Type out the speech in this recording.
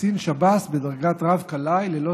קצין שב"ס בדרגת רב-כלאי ומעלה.